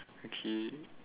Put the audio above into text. okay